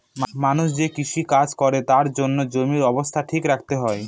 মানুষ যে কৃষি কাজ করে তার জন্য জমির অবস্থা ঠিক রাখতে হয়